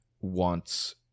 wants